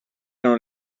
erano